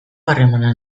harremana